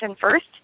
first